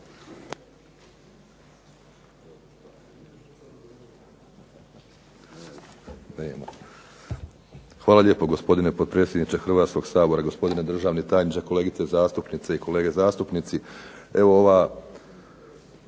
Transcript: Hvala lijepo gospodine potpredsjedniče Hrvatskog sabora, gospodine državni tajniče, kolegice zastupnice i kolege zastupnici.